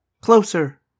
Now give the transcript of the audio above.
Closer